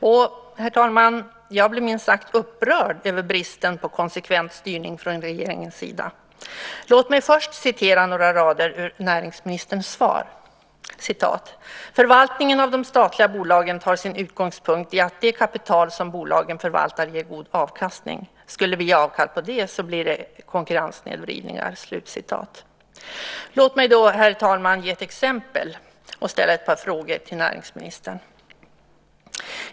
Och, herr talman, jag blir minst sagt upprörd över bristen på konsekvent styrning från regeringens sida. Låt mig först citera några rader ur näringsministerns svar: "Förvaltningen av de statliga företagen tar sin utgångspunkt i att det kapital som bolagen förvaltar ger god avkastning. Skulle vi ge avkall på det blir det konkurrenssnedvridningar." Låt mig då, herr talman, ge ett exempel och ställa ett par frågor till näringsministern.